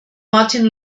martin